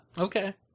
Okay